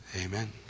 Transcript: Amen